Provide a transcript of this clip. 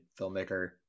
filmmaker